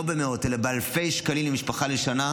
לא במאות אלא באלפי שקלים למשפחה לשנה: